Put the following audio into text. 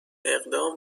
اقدام